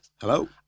Hello